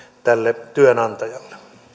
tälle työnantajalle